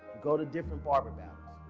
go to different barber bounds.